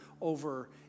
over